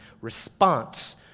response